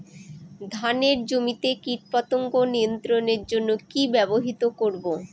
ধানের জমিতে কীটপতঙ্গ নিয়ন্ত্রণের জন্য কি ব্যবহৃত করব?